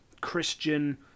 Christian